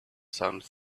some